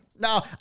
Now